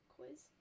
quiz